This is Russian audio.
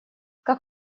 как